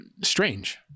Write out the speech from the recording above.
strange